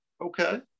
okay